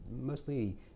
mostly